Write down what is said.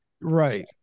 Right